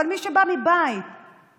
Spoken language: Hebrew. אבל מי שבא מבית מאמין,